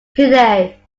today